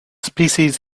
species